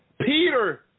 Peter